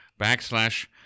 backslash